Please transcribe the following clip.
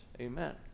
Amen